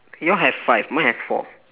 yours have five mine has four